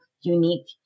unique